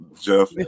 Jeff